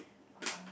yeah